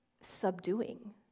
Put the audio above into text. subduing